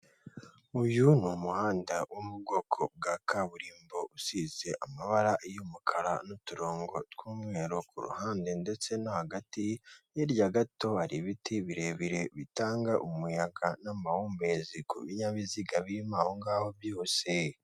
Uyu ni umuhanda wo mu bwoko bwa kaburimbo usize amabara y'umukara n'uturongo tw'umweru kuhande ndetse no hagati, hirya gato hari ibiti birebire bitanga umuyaga n'amahumbezi ku binyabiziga biri mwaho ngaho byose.